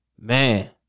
Man